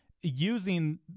using